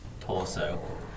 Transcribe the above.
torso